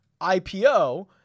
IPO